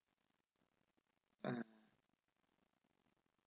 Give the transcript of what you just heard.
uh